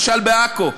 ולמשל בעכו,